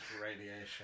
radiation